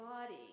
body